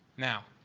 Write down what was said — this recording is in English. now,